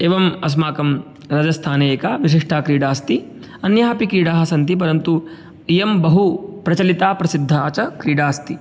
एवम् अस्माकं राजस्थाने एका विशिष्टा क्रीडा अस्ति अन्याः अपि क्रीडाः सन्ति परन्तु इयं बहुप्रचलिता प्रसिद्धा च क्रीडा अस्ति